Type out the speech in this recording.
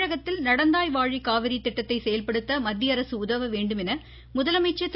தமிழகத்தில் நடந்தாய் வாழி காவிரி திட்டத்தை செயல்படுத்த மத்திய அரசு உதவ வேண்டும் என முதலமைச்சர் திரு